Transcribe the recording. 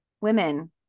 women